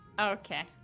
Okay